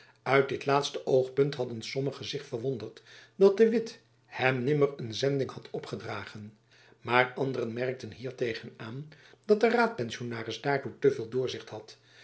uit dit laatste oogpunt hadden sommigen zich verwonderd dat de witt hem nimmer een zending had opgedrajacob van lennep elizabeth musch gen maar anderen merkten hiertegen aan dat de raadpensionaris daartoe te veel doorzicht had